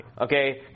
Okay